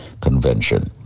Convention